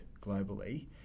globally